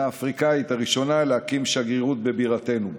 האפריקאית הראשונה שתקים שגרירות בבירתנו.